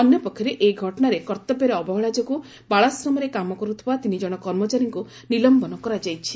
ଅନ୍ୟପକ୍ଷରେ ଏହି ଘଟଶାରେ କର୍ତ୍ଉବ୍ୟରେ ଅବହେଳା ଯୋଗୁଁ ବାଳାଶ୍ରମରେ କାମ କରୁଥିବା ତିନି କଣ କର୍ମଚାରୀଙ୍କୁ ନିଲମ୍ୟନ କରାଯାଇଛି